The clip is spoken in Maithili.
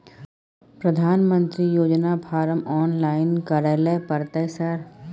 प्रधानमंत्री योजना फारम ऑनलाइन करैले परतै सर?